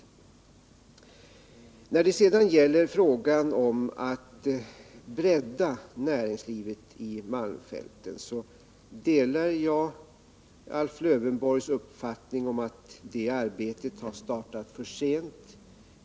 93 När det sedan gäller frågan om att bredda näringslivet i malmfälten, delar jag Alf Lövenborgs uppfattning att arbetet har startat för sent.